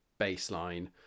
baseline